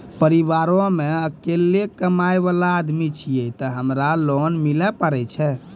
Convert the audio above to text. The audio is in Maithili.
परिवारों मे अकेलो कमाई वाला आदमी छियै ते हमरा लोन मिले पारे छियै?